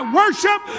worship